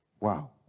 Wow